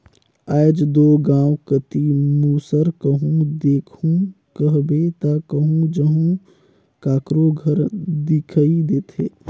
आएज दो गाँव कती मूसर कहो देखहू कहबे ता कहो जहो काकरो घर दिखई देथे